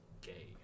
gay